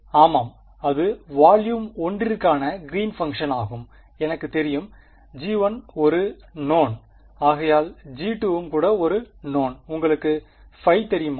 ஆமாம் அது வால்யும் ஒன்றிற்கான கிறீன் பங்க்ஷனாகும் எனக்குத் தெரியும் g1 ஒரு நோவ்ன் ஆகையால் g2வும் கூட ஒரு நோவ்ன் உங்களுக்கு ϕ தெரியுமா